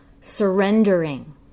surrendering